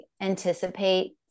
anticipate